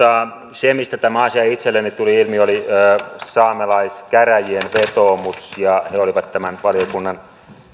se mistä tämä asia itselleni tuli ilmi oli saamelaiskäräjien vetoomus he olivat tämän valiokunnan